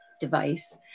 device